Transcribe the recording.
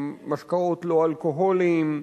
משקאות לא אלכוהוליים.